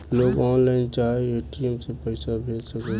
लोग ऑनलाइन चाहे ए.टी.एम से पईसा भेज सकेला